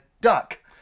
duck